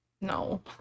No